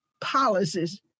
policies